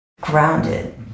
Grounded